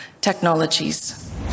technologies